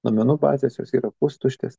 duomenų bazės jos yra pustuštės